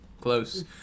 close